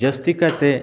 ᱡᱟᱥᱛᱤ ᱠᱟᱭᱛᱮ